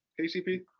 KCP